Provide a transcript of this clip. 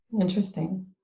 Interesting